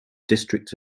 district